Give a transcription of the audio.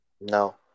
No